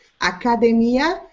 Academia